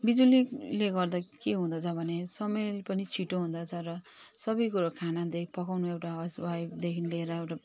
बिजुलीले गर्दा के हुँदछ भने समय पनि छिटो हुँदछ र सबै कुरो खानादेखि पकाउनु एउटा हाउस वाइफदेखि लिएर एउटा